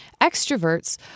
Extroverts